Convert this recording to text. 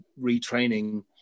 retraining